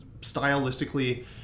stylistically